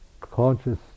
conscious